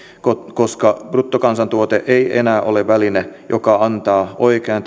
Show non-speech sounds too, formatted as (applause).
koska bruttokansantuote ei enää ole väline joka antaa oikeaa (unintelligible)